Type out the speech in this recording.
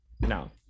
No